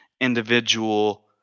individual